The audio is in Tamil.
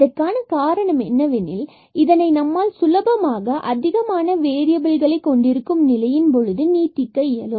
இதற்கான காரணம் என்னவெனில் இதனை நம்மால் சுலபமாக அதிகமான வேறியபில்களை கொண்டிருக்கும் நிலையில் பொழுது நீட்டிக்க இயலும்